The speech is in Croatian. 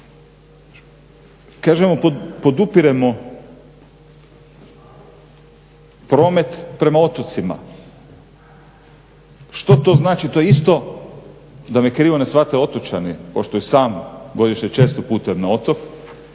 Kažemo, podupiremo promet prema otocima. Što to znači, to je isto, da me krivo ne shvate otočani pošto i sam godišnje često putujem na otok,